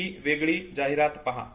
ही वेगळी जाहिरात पहा